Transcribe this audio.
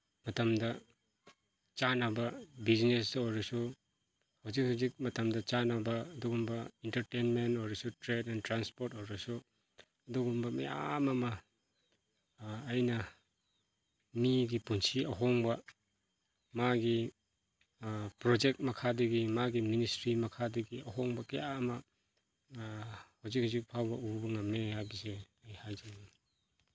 ꯃꯇꯝꯗ ꯆꯥꯅꯕ ꯕꯤꯖꯤꯅꯦꯁꯇ ꯑꯣꯏꯔꯁꯨ ꯍꯧꯖꯤꯛ ꯍꯧꯖꯤꯛ ꯃꯇꯝꯗ ꯆꯥꯅꯕ ꯑꯗꯨꯒꯨꯝꯕ ꯏꯟꯇꯔꯇꯦꯟꯃꯦꯟ ꯑꯣꯏꯔꯁꯨ ꯇ꯭ꯔꯦꯠ ꯑꯦꯟ ꯇ꯭ꯔꯥꯟꯁꯄꯣꯔꯠ ꯑꯣꯏꯔꯁꯨ ꯑꯗꯨꯒꯨꯝꯕ ꯃꯌꯥꯝ ꯑꯃ ꯑꯩꯅ ꯃꯤꯒꯤ ꯄꯨꯟꯁꯤ ꯑꯍꯣꯡꯕ ꯃꯥꯒꯤ ꯄ꯭ꯔꯣꯖꯦꯛ ꯃꯈꯥꯗꯨꯒꯤ ꯃꯥꯒꯤ ꯃꯤꯅꯤꯁꯇ꯭ꯔꯤ ꯃꯈꯥꯗꯨꯒꯤ ꯑꯍꯣꯡꯕ ꯀꯌꯥ ꯑꯃ ꯍꯧꯖꯤꯛ ꯍꯧꯖꯤꯛ ꯐꯥꯎꯕ ꯎꯕ ꯉꯝꯃꯦ ꯍꯥꯏꯕꯁꯦ ꯑꯩ ꯍꯥꯏꯖꯅꯤꯡꯏ